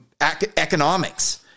economics